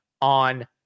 on